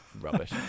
rubbish